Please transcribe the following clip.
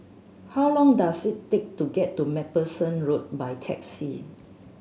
how long does it take to get to Macpherson Road by taxi